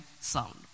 sound